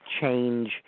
change